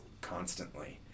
constantly